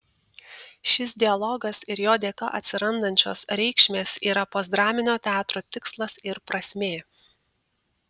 šis dialogas ir jo dėka atsirandančios reikšmės yra postdraminio teatro tikslas ir prasmė